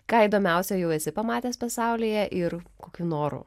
ką įdomiausio jau esi pamatęs pasaulyje ir kokių norų